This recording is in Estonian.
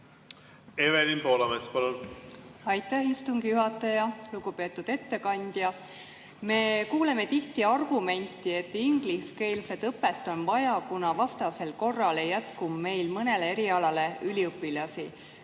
Evelin Poolamets, palun! Aitäh, istungi juhataja! Lugupeetud ettekandja! Me kuuleme tihti argumenti, et ingliskeelset õpet on vaja, kuna vastasel korral ei jätku meil mõnele erialale üliõpilasi.